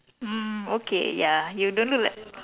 mm okay ya you don't look like